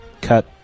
cut